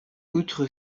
outre